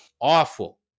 awful